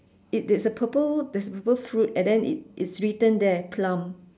it there's a purple that purple through and then it is written there plum